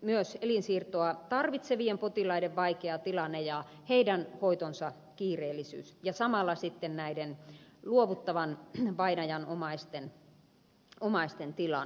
myös elinsiirtoa tarvitsevien potilaiden vaikea tilanne ja heidän hoitonsa kiireellisyys ja samalla sitten näiden luovuttavan vainajan omaisten tilanne